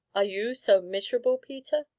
are you so miserable, peter?